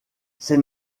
c’est